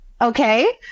okay